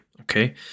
okay